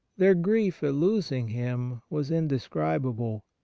their grief at losing him was indescribable.